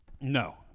No